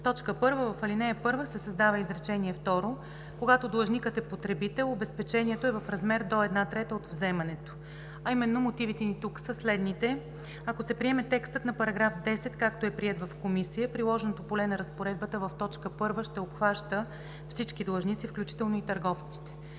така: „1. В ал. 1 се създава изречение второ: „Когато длъжникът е потребител, обезпечението е в размер до една трета от вземането.“ Мотивите ни тук са следните. Ако се приеме текстът на § 10, както е приет в Комисията, приложното поле на разпоредбата в т. 1 ще обхваща всички длъжници, включително и търговците.